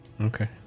Okay